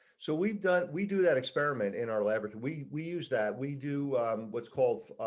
so we didn't we do that experiment in our leverage we we use that we do what's called